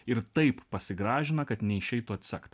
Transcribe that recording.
ir taip pasigražina kad neišeitų atsekt